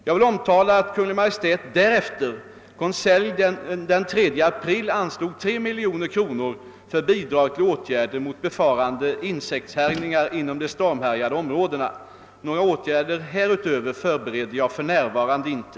Jag vill omtala att Kungl. Maj:t därefter i fredagens konselj anslog 3 miljoner kronor för bidrag till åtgärder mot befarade insektshärjningar inom de stormhärjade områdena. Några åtgärder härutöver förbereder jag för närvarande inte.